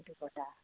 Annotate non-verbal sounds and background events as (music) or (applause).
(unintelligible)